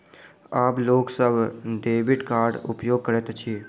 आब लोक सभ डेबिट कार्डक उपयोग करैत अछि